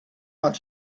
want